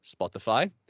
Spotify